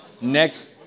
next